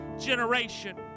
generation